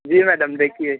जी madam देखिए